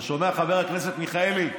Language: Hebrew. אתה שומע, חבר הכנסת מיכאלי?